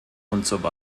usw